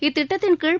இத்திட்டத்தின்கீழ்